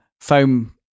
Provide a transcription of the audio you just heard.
foam